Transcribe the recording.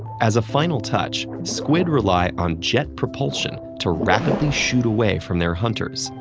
as a final touch, squid rely on jet propulsion to rapidly shoot away from their hunters,